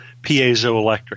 piezoelectric